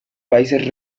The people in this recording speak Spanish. países